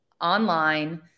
online